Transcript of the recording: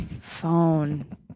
phone